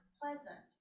pleasant